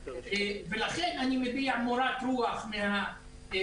ולכן אני מביע מורת רוח מהסגנון,